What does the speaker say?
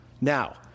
Now